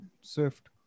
Swift